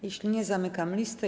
Jeśli nie, zamykam listę.